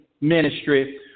ministry